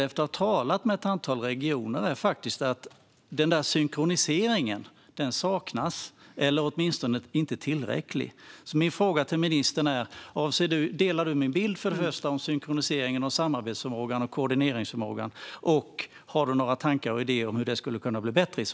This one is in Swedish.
Efter att ha talat med ett antal regioner är dock min bild att synkroniseringen saknas eller åtminstone inte är tillräcklig. Min fråga till ministern är därför: Delar du min bild av synkroniseringen, samarbetsförmågan och koordineringsförmågan, och har du i så fall några tankar och idéer om hur det skulle kunna förbättras?